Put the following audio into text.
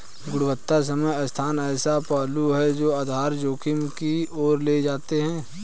गुणवत्ता समय स्थान ऐसे पहलू हैं जो आधार जोखिम की ओर ले जाते हैं